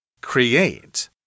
create